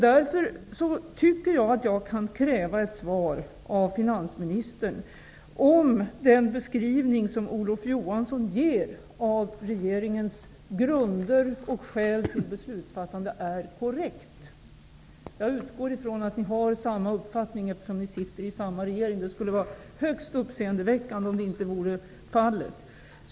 Därför tycker jag att jag kan kräva ett svar av finansministern på frågan om den beskrivning som Olof Johansson ger av regeringens skäl till beslutsfattande är korrekt. Jag utgår från att ni har samma uppfattning eftersom ni sitter i samma regering, annars skulle det vara högst uppseendeväckande.